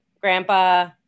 grandpa